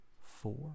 four